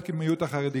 כולל המיעוט החרדי,